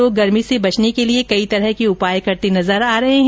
लोग गर्मी से बचने के लिए कई तरह के उपाय करते नजर आ रहे है